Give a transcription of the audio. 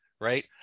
right